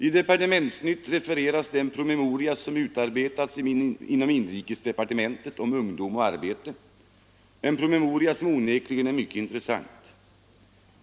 I Departementsnytt refereras den promemoria som utarbetats inom inrikesdepartementet om ”Ungdom och arbete” — en promemoria som onekligen är mycket intressant.